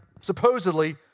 supposedly